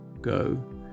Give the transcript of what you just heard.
go